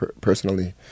personally